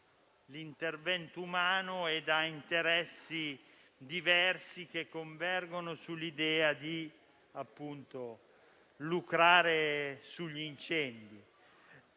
dall'intervento umano e da interessi diversi, che convergono sull'idea di lucrare sugli incendi.